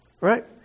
Right